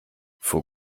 vor